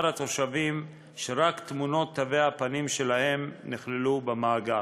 התושבים שרק תמונות תווי הפנים שלהם נכללו במאגר.